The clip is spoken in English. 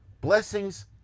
Blessings